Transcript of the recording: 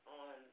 on